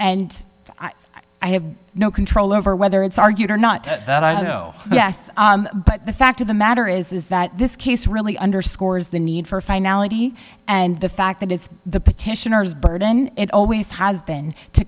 and i have no control over whether it's argued or not that i know yes but the fact of the matter is is that this case really underscores the need for finality and the fact that it's the petitioners burden it always has been to